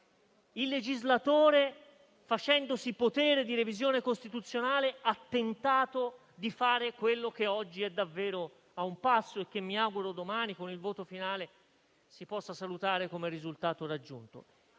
il legislatore, avendo il potere di revisionare la Costituzione, ha tentato di fare quello che oggi è davvero a un passo e che mi auguro domani, con il voto finale, si possa salutare come risultato raggiunto.